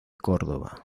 córdoba